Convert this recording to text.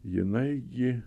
jinai ji